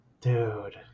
Dude